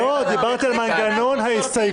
דיברתי על מנגנון ההסתייגות.